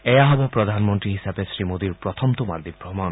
এয়া হব প্ৰধানমন্ত্ৰী হিচাপে শ্ৰীমোডীৰ প্ৰথমটো মালদ্বীপ ভ্ৰমণ